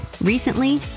Recently